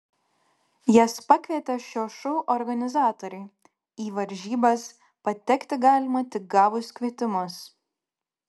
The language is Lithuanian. jas pakvietė šio šou organizatoriai į varžybas patekti galima tik gavus kvietimus